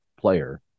player